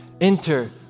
Enter